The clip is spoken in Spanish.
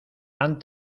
han